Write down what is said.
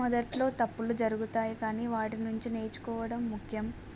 మొదట్లో తప్పులు జరుగుతాయి కానీ వాటి నుంచి నేర్చుకోవడం ముఖ్యం